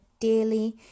daily